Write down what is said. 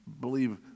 believe